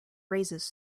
raises